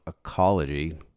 Ecology